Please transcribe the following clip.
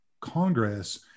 Congress